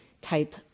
type